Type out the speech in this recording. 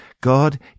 God